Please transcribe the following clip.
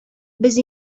без